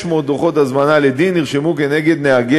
600 דוחות הזמנה לדין נרשמו כנגד נהגי